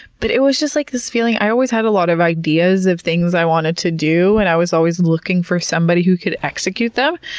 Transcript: but it was just like this feeling. i always had a lot of ideas of things i wanted to do and i was always looking for somebody who could execute them.